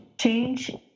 change